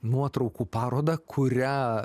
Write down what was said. nuotraukų parodą kurią